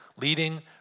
leading